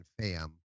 fam